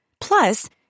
Plus